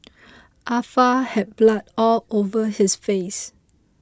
Ah Fa had blood all over his face